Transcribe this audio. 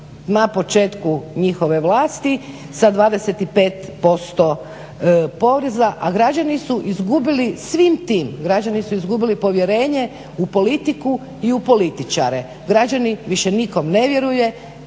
na početku njihove vlasti sa 25% poreza, a građani su izgubili, svim tim građani su izgubili povjerenje u politiku i u političare. Građani više nikome ne vjeruju,